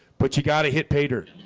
but you got to hit pay dirt.